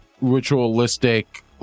ritualistic